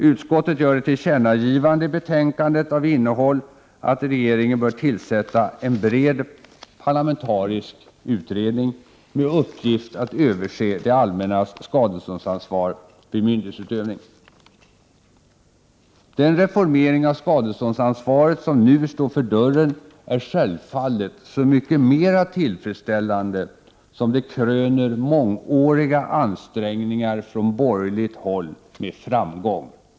Utskottet gör ett tillkännagi vande i betänkandet av innehåll att regeringen bör tillsätta en bred parlamentarisk utredning med uppgift att överse det allmännas skadeståndsansvar vid myndighetsutövning. Den reformering av skadeståndsansvaret som nu står för dörren är självfallet så mycket mera tillfredsställande som det kröner mångåriga ansträngningar från borgerligt håll med framgång.